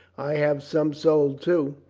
i have some soul, too.